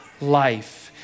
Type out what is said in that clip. life